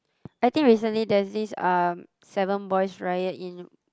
I think recently there's this um seven boys riot in